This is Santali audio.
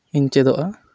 ᱤᱧ ᱪᱮᱫᱚᱜᱼᱟ